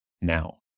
now